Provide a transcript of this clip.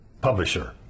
Publisher